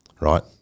right